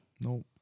Nope